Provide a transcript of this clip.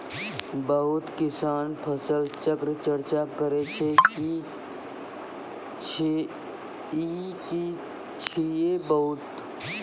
बहुत किसान फसल चक्रक चर्चा करै छै ई की छियै बताऊ?